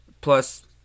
Plus